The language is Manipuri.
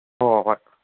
ꯑꯣ ꯍꯣꯏ